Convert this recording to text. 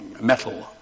metal